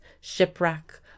shipwreck